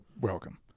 welcome